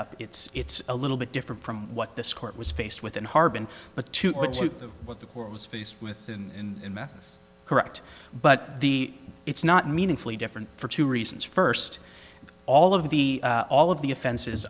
up it's it's a little bit different from what this court was faced with in harbin but what the court was faced with in this correct but the it's not meaningfully different for two reasons first of all of the all of the offenses